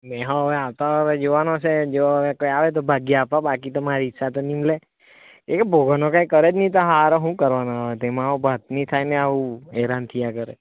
ને હવે આવતે વરસે જોવાનું છે જો આવે આવે તો ભાગ્ય બાકી તો મારી ઈચ્છા તો નહીં મળે એ ભગવાનનું કંઈ કરે નહીં તો સારો શું કરવાનો તે મારો ભાત નહીં થાય ને આવું હેરાન થયા કરે